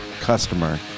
customer